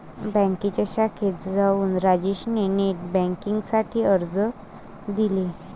बँकेच्या शाखेत जाऊन राजेश ने नेट बेन्किंग साठी अर्ज दिले